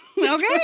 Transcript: Okay